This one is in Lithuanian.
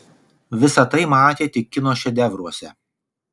visa tai matė tik kino šedevruose